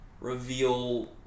reveal